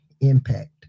impact